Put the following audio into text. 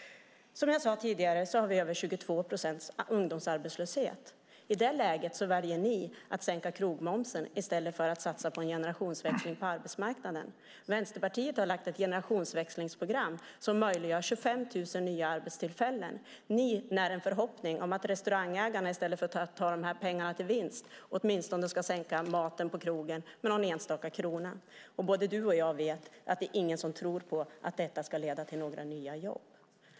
Som jag sade tidigare har vi över 22 procents ungdomsarbetslöshet. I det läget väljer ni att sänka krogmomsen i stället för att satsa på en generationsväxling på arbetsmarknaden. Vänsterpartiet har lagt fram ett generationsväxlingsprogram som möjliggör 25 000 nya arbetstillfällen. Ni när en förhoppning att restaurangägarna i stället för att ta dessa pengar till vinst åtminstone ska sänka priset på maten med någon enstaka krona. Både du och jag vet att ingen tror på att det leder till några nya jobb.